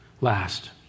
last